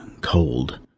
Cold